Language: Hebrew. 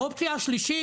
האופציה השלישית,